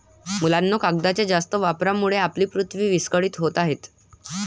मुलांनो, कागदाच्या जास्त वापरामुळे आपली पृथ्वी विस्कळीत होत आहे